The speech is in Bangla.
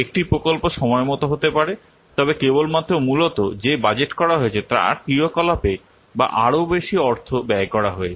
একটি প্রকল্প সময়মত হতে পারে তবে কেবলমাত্র মূলত যে বাজেট করা হয়েছে তার ক্রিয়াকলাপে আরও বেশি অর্থ ব্যয় করা হয়েছে